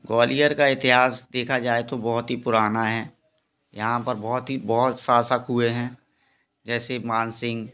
ग्वालियर का इतिहास देखा जाए तो बहुत ही पुराना है यहाँ पर बहुत ही बहुत शासक हुए हैं जैसे मानसिंह